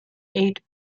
eight